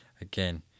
again